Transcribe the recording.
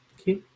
Okay